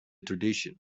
tradition